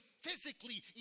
physically